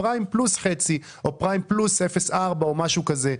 פריים פלוס חצי או פריים פלוס 0.4 או משהו כזה.